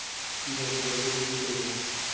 কিভাবে জলের বিল দেবো?